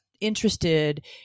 interested